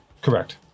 Correct